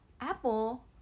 Apple